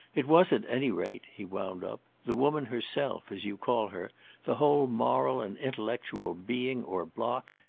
it was at any rate, he wound up, the woman herself, as you call her the whole moral and intellectual being or block,